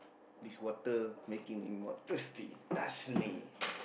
this water making me more thirsty Dasani